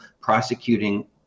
prosecuting